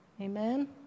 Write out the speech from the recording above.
Amen